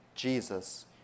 Jesus